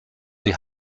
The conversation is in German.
die